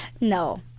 No